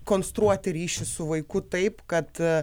konstruoti ryšį su vaiku taip kad